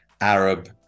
Arab